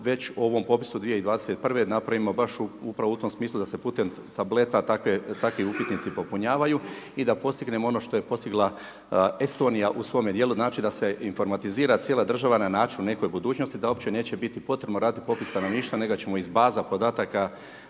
već ovom popisu 2021. napravimo baš u tom smislu poput tableta takvi upitnici popunjavaju i da postignemo ono što je postigla Estonija u svome dijelu, znači da se informatizira cijela država na način u nekoj budućnosti da uopće neće biti potrebno raditi popis stanovništva nego ćemo iz baza podataka